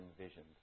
envisioned